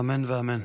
אמן ואמן.